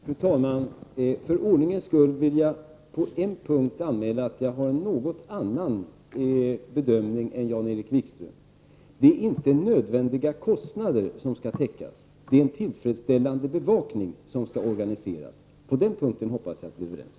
Fru talman! För ordningens skull vill jag på en punkt anmäla att jag gör en något annan bedömning än Jan-Erik Wikström. Det är inte nödvändiga kostnader som skall täckas, utan det är en tillfredsställande bevakning som skall utföras. På den punkten hoppas jag att vi är överens.